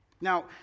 Now